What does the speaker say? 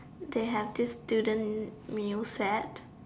they have this student meal set